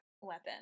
weapon